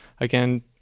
Again